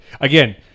again